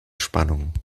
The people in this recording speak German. spannungen